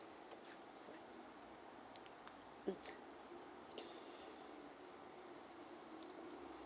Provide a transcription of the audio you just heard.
mm